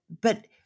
but-